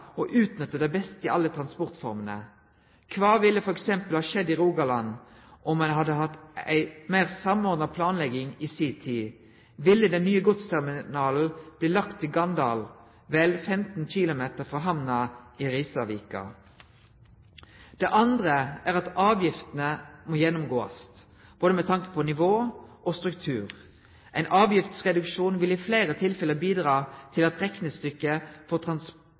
og utnytta det beste i alle transportformene. Kva ville f.eks. ha skjedd i Rogaland om ein hadde hatt ei meir samordna planlegging i si tid? Ville den nye godsterminalen blitt lagd til Ganddal, vel 15 km frå hamna i Risavika? Det andre er at avgiftene må gjennomgåast, med tanke på både nivå og struktur. Ein avgiftsreduksjon vil i fleire tilfelle bidra til at reknestykket